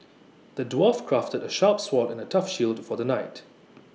the dwarf crafted A sharp sword and A tough shield for the knight